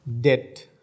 Debt